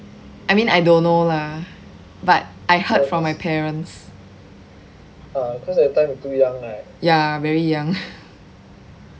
I mean I don't know lah but I heard from my parents ya very young